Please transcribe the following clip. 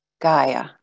Gaia